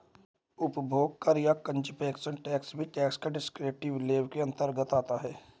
उपभोग कर या कंजप्शन टैक्स भी टैक्स के डिस्क्रिप्टिव लेबल के अंतर्गत आता है